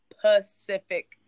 Pacific